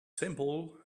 simple